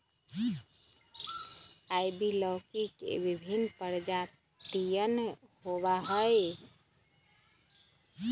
ivy लौकी के विभिन्न प्रजातियन होबा हई